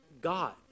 God